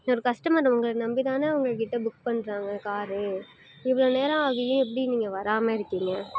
ஒரு கஸ்ட்டமர் உங்களை நம்பி தானே உங்கள்கிட்ட புக் பண்ணுறாங்க காரு இவ்வளோ நேரம் ஆகியும் எப்படி நீங்கள் வராமல் இருக்கீங்க